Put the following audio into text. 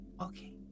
Okay